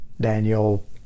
Daniel